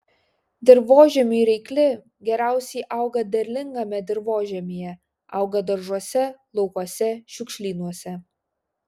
dirvožemiui reikli geriausiai auga derlingame dirvožemyje auga daržuose laukuose šiukšlynuose